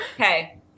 Okay